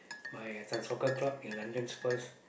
my uh this one soccer club in London Spurs